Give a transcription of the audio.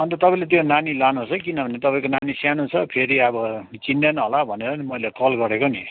अनि त तपाईँले त्यो नानी लानुहोस् है किनभने तपाईँको नानी सानो छ फेरि अब चिन्दैन होला भनेर नि मैले कल गरेको नि